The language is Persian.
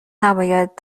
نباید